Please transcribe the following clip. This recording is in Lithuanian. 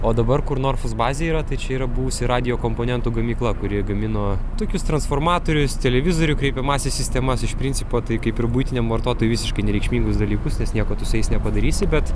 o dabar kur norfos bazė yra tai čia yra buvusi radijo komponentų gamykla kurioje gamino tokius transformatorius televizorių kreipiamąsias sistemas iš principo tai kaip ir buitiniam vartotojui visiškai nereikšmingus dalykus nieko tu su jais nepadarysi bet